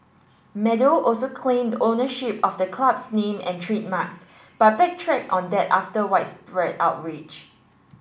Meadow also claimed ownership of the club's name and trademarks but backtracked on that after widespread outrage